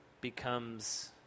becomes